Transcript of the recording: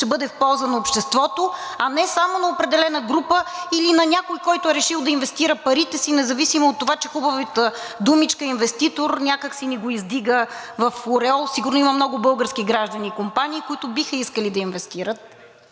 ще бъде в полза на обществото, а не само на определена група или на някой, който е решил да инвестира парите си, независимо от това че хубавата думичка инвеститор някак си ни го издига в ореол? Сигурно има много български граждани и компании, които биха искали да инвестират